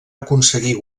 aconseguir